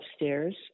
upstairs